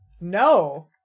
No